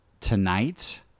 tonight